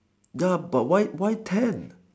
ya but why why ten